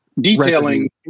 detailing